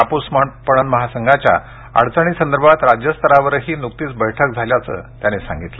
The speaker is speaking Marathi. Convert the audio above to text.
कापूस पणन महासंघाच्या अडचणीसंदर्भात राज्यस्तरावरही नुकतीच बैठक नुकतीच झाली असं त्यांनी सांगितलं